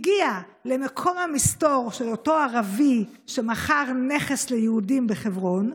הגיע למקום המסתור של אותו ערבי שמכר נכס ליהודים בחברון.